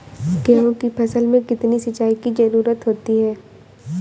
गेहूँ की फसल में कितनी सिंचाई की जरूरत होती है?